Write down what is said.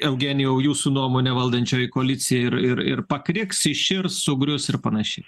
eugenijau jūsų nuomone valdančioji koalicija ir ir ir pakriks iširs sugrius ir panašiai